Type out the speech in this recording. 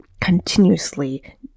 continuously